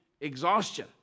exhaustion